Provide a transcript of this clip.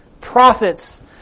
prophets